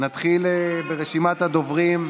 נתחיל ברשימת הדוברים.